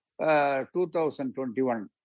2021